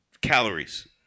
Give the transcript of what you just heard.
calories